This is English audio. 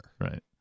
Right